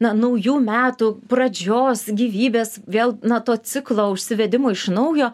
na naujų metų pradžios gyvybės vėl na to ciklo užsivedimo iš naujo